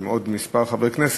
עם עוד כמה חברי כנסת,